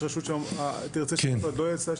יש רשות שתרצה שהמוסד לא יהיה אצלה,